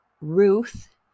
Ruth